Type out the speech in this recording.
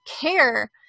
care